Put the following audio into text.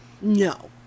No